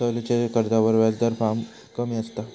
सवलतीच्या कर्जाचो व्याजदर फार कमी असता